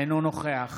אינו נוכח